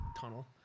tunnel